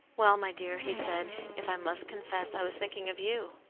well, my dear, he said, if i must confess, i was thinking of you.